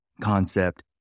concept